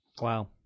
Wow